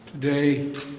Today